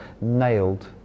nailed